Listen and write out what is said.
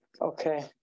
Okay